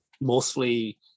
mostly